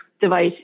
device